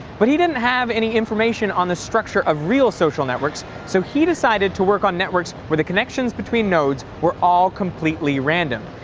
but he didn't have any information on the structure of real social networks, so he decided to work on networks where the connections between nodes were all completely random.